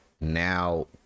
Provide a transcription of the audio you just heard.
Now